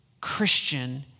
Christian